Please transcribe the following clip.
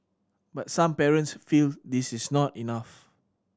but some parents feel this is not enough